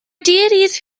deities